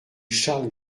charles